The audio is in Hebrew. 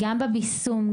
גם ביישום,